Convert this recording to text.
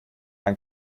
ein